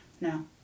No